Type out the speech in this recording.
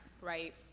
right